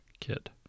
Kid